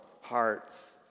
hearts